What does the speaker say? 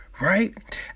right